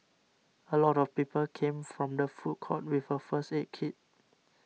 a lot of people came from the food court with a first aid kit